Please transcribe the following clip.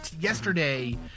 yesterday